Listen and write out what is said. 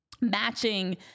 matching